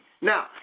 Now